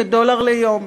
בדולר ליום,